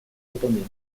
выполнение